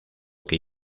que